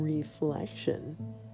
Reflection